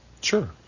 Sure